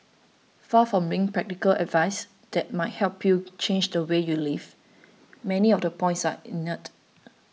far from being practical advice that might help you change the way you live many of the points are